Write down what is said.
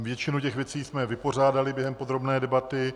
Většinu věcí jsme vypořádali během podrobné debaty.